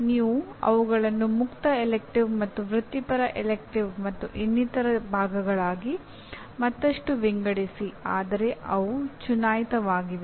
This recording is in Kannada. ನೀವು ಅವುಗಳನ್ನು ಮುಕ್ತ ಆರಿಸಿದ ಪಠ್ಯಕ್ರಮ ಮತ್ತು ವೃತ್ತಿಪರ ಆರಿಸಿದ ಪಠ್ಯಕ್ರಮ ಮತ್ತು ಇನ್ನಿತರ ವಿಭಾಗಗಳಾಗಿ ಮತ್ತಷ್ಟು ವಿಂಗಡಿಸಿ ಆದರೆ ಅವು ಚುನಾಯಿತವಾಗಿವೆ